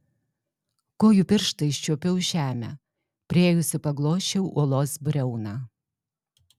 kojų pirštais čiuopiau žemę priėjusi paglosčiau uolos briauną